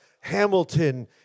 Hamilton